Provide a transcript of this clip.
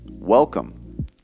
Welcome